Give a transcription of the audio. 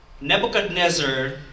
Nebuchadnezzar